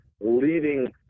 leading